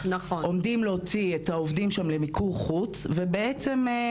עומדים להוציא את העובדים שם למיקור חוץ וזו